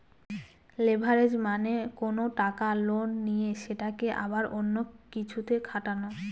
leverage মানে কোনো টাকা লোনে নিয়ে সেটাকে আবার অন্য কিছুতে খাটানো